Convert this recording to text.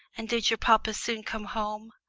and did your papa soon come home?